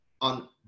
on